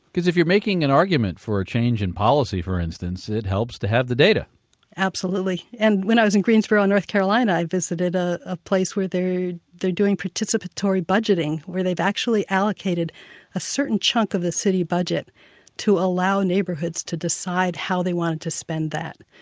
because if you're making an argument for a change in policy, for instance, it helps to have the data absolutely. and when i was in greensboro, north carolina, i visited ah a place where they're they're doing participatory budgeting, where they've actually allocated a certain chunk of the city budget to allow neighborhoods to decide how they wanted to spend that.